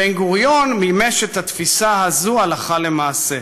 בן-גוריון מימש את התפיסה הזו הלכה למעשה.